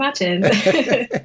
imagine